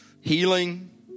healing